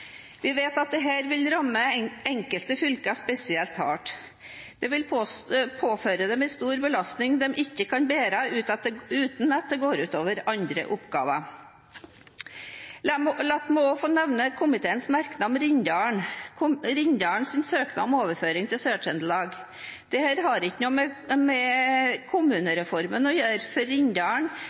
Vi vet at dette vil ramme enkelte fylker spesielt hardt. Det vil påføre dem en stor belastning de ikke kan bære uten at det går ut over andre oppgaver. La meg også få nevne komiteens merknad om Rindals søknad om overføring til Sør-Trøndelag. Dette har ikke noe med kommunereformen å gjøre, for